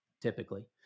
typically